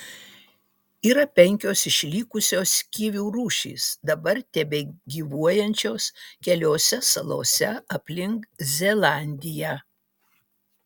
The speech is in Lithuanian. yra penkios išlikusios kivių rūšys dar tebegyvuojančios keliose salose aplink zelandiją